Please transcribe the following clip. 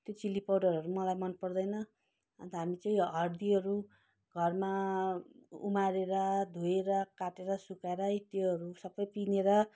त्यो चिल्ली पाउडरहरू मलाई मनपर्दैन अन्त हामी चाहिँ हर्दीहरू घरमा उमारेर धोएर काटेर सुकाएरै त्योहरू सबै पिनेर